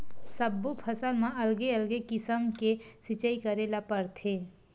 सब्बो फसल म अलगे अलगे किसम ले सिचई करे ल परथे